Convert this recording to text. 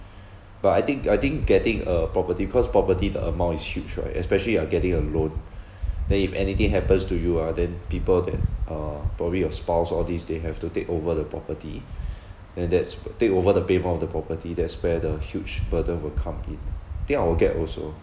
but I think I think getting a property cause property the amount is huge right especially you are getting a loan then if anything happens to you ah then people that uh probably your spouse all these they have to take over the property and that's take over the payment of the property that's where the huge burden will come in I think I will get also